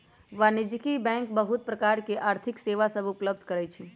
वाणिज्यिक बैंक बहुत प्रकार के आर्थिक सेवा सभ उपलब्ध करइ छै